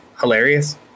hilarious